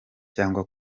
cyangwa